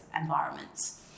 environments